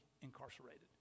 incarcerated